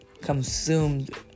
consumed